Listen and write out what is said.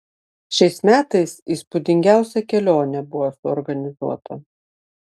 šiais metais įspūdingiausia kelionė buvo organizuota